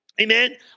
amen